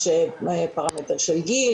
יש פרמטר של גיל,